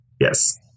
Yes